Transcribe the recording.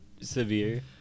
severe